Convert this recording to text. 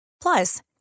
Plus